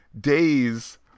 days